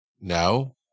No